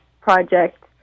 project